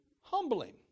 humbling